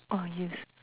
oh yes